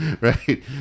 Right